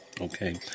Okay